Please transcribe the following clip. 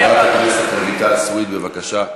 חברת הכנסת רויטל סויד, בבקשה.